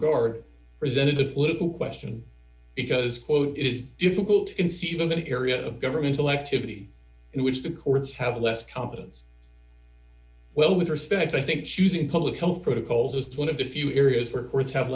guard d presented a political question because quote it is difficult to conceive in that area of government elected body in which the courts have less confidence well with respect i think choosing public health protocols d is one of the few areas where courts have